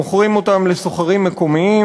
מוכרים אותם לסוחרים מקומיים.